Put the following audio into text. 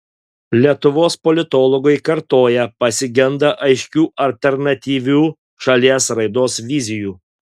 lietuvos politologai kartoja pasigendą aiškių alternatyvių šalies raidos vizijų